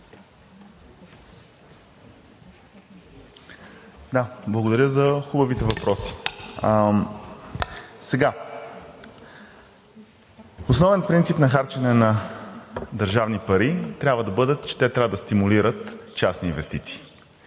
Благодаря за хубавите въпроси. Основен принцип на харчене на държавни пари трябва да бъдат, че те трябва да стимулират частни инвестиции